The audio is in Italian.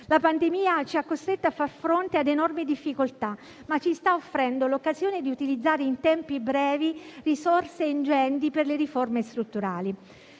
La pandemia ci ha costretto a far fronte a enormi difficoltà, ma ci sta offrendo l'occasione di utilizzare in tempi brevi risorse ingenti per le riforme strutturali.